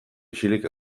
isilik